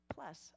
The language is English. plus